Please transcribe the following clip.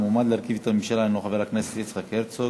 המועמד להרכיב את הממשלה הוא חבר הכנסת יצחק הרצוג.